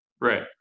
right